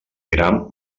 gram